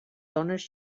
dones